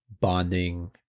bonding